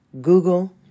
Google